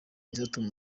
izatuma